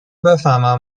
بفهمن